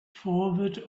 forward